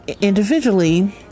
individually